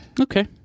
Okay